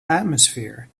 atmosphere